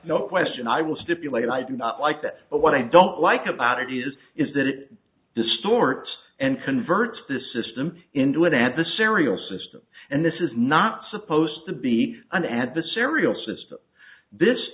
no question i will stipulate i do not like that but what i don't like about it is is that it distorts and converts the system into it and the serial system and this is not supposed to be an adversarial system this